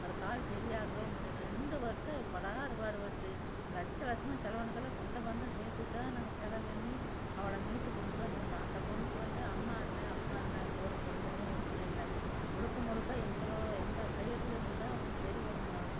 அது கால் சரியாகவே முடியல ரெண்டு வருஷம் படாத பாடுப்பட்டு லட்ச லட்சமாக செலவு பண்ணயில் சொந்தபந்தம் சேர்த்துதான் நாங்கள் செலவு பண்ணி அவளை மீட்டு கொண்டுட்டு வந்திருந்தோம் அந்த பெண்ணுக்கு வந்து அம்மா இல்லை அப்பா இல்லை கூட பிறந்தவங்களும் ஒருத்தரும் இல்லை முழுக்க முழுக்க எங்களோ எங்கள் சைட்லேருந்துதான் அவளுக்கு சரி பண்ணுணோம்